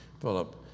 Philip